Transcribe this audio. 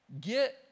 Get